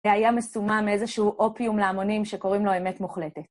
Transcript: והיה מסומם מאיזשהו אופיום להמונים שקוראים לו אמת מוחלטת.